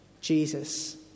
Jesus